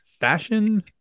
fashion